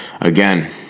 again